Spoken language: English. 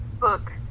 book